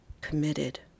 Committed